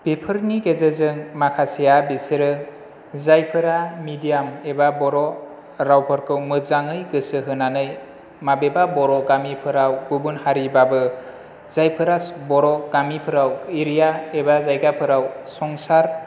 बेफोरनि गेजेरजों माखासेया बिसोरो जायफोरा मेडियाम एबा बर' रावफोरखौ मोजाङै गोसो होनानै माबेबा बर' गामिफोराव गुबुन हारिबाबो जायफोरा बर' गामिफोराव एरिया एबा जायगाफोराव संसार